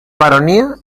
baronía